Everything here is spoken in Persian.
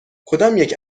کدامیک